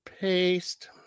Paste